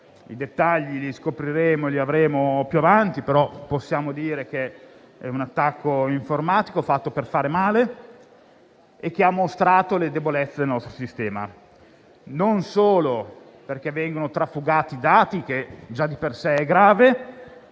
*hacker*. Scopriremo i dettagli più avanti, ma possiamo dire che è un attacco informatico fatto per fare male e che ha mostrato le debolezze del nostro sistema, non solo perché vengono trafugati i dati, cosa che già di per sé è grave,